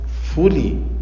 fully